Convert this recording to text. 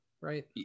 right